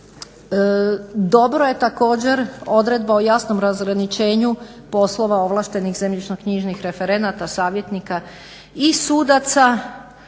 Dobro je također odredba o jasnom razgraničenju poslova ovlaštenih zemljišno-knjižnih referenata, savjetnika i sudaca.